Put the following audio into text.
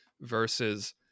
versus